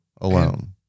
alone